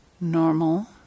normal